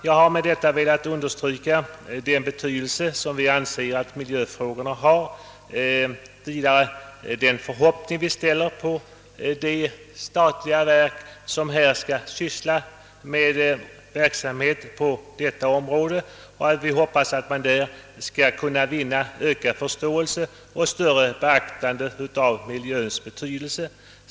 Jag har med detta velat framhålla den betydelse vi anser att miljöfrågorna har och vidare de förhoppningar vi ställer på det nya statliga verk som skall syssla med verksamheten på detta område. Vi hoppas att man därigenom skall vinna ökad förståelse för och större beaktande av miljöns betydelse.